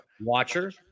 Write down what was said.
watcher